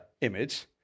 image